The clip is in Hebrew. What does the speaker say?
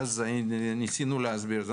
ואז ניסינו להסביר את זה.